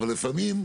לפעמים,